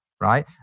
right